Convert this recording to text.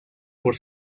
por